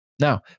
Now